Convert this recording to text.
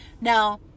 Now